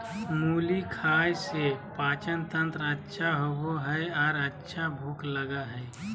मुली खाय से पाचनतंत्र अच्छा होबय हइ आर अच्छा भूख लगय हइ